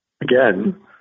again